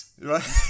Right